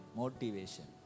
motivation